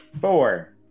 Four